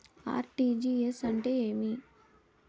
RTGS అంటే ఏమి?